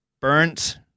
burnt